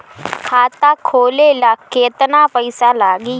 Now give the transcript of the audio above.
खाता खोले ला केतना पइसा लागी?